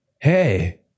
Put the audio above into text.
Hey